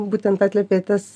būtent atliepia į tas